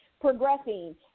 progressing